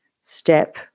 step